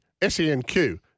SENQ